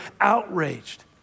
outraged